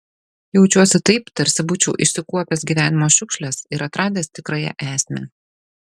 jaučiuosi taip tarsi būčiau išsikuopęs gyvenimo šiukšles ir atradęs tikrąją esmę